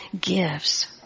gives